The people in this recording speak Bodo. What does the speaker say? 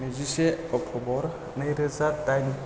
नैजिसे अक्टबर नैरोजा डाइन